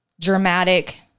dramatic